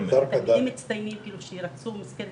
ילדים מצטיינים שרצו מסגרת